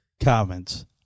comments